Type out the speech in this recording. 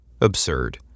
Absurd